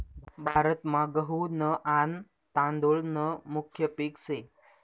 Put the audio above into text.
भारतमा गहू न आन तादुळ न मुख्य पिक से